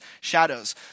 shadows